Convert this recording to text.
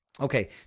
Okay